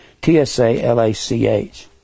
T-S-A-L-A-C-H